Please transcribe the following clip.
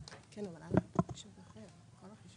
אבל לא ביום שאנחנו נמצאים,